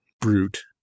brute